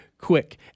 quick